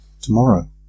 tomorrow